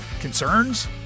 Concerns